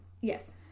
Yes